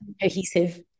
cohesive